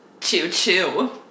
Choo-choo